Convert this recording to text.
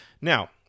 Now